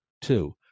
Two